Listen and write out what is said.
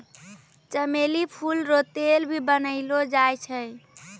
चमेली फूल रो तेल भी बनैलो जाय छै